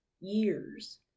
years